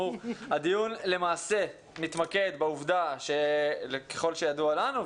הדיון מתמקד בעובדה שככל שידוע לנו,